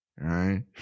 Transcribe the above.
right